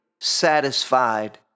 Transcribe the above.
satisfied